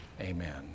Amen